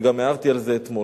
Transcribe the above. וגם הערתי על זה אתמול: